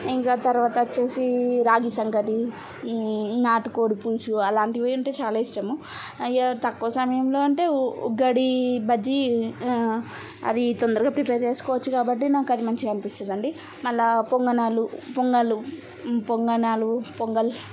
ఇంకా తర్వాతచ్చేసీ రాగిసంకటి నాటుకోడి పులుసు అలాంటివి అంటే చాలా ఇష్టము అయ్యా తక్కువ సమయంలో అంటే ఉగ్గాడీ బజ్జీ అవీ తొందరగా ప్రిపేర్ చేసుకోవచ్చు కాబట్టి నాకది మంచిగనిపిస్తదండి మళ్ళా పొంగణాలు పొంగళ్ళు పొంగనాలు పొంగల్